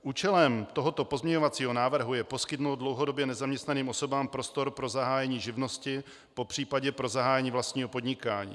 Účelem tohoto pozměňovacího návrhu je poskytnout dlouhodobě nezaměstnaným osobám prostor pro zahájení živnosti, popřípadě pro zahájení vlastního podnikání.